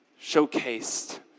showcased